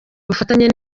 bufatanye